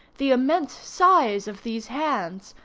the immense size of these hands,